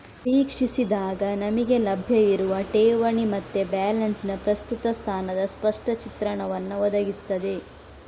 ವೀಕ್ಷಿಸಿದಾಗ ನಮಿಗೆ ಲಭ್ಯ ಇರುವ ಠೇವಣಿ ಮತ್ತೆ ಬ್ಯಾಲೆನ್ಸಿನ ಪ್ರಸ್ತುತ ಸ್ಥಾನದ ಸ್ಪಷ್ಟ ಚಿತ್ರಣವನ್ನ ಒದಗಿಸ್ತದೆ